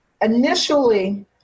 initially